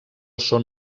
són